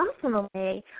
Personally